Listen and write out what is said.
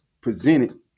presented